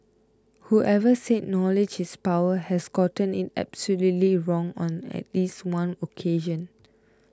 whoever said knowledge is power has gotten it absolutely wrong on at least one occasion